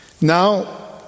now